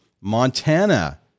Montana